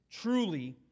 truly